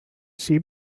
see